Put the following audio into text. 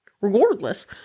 Regardless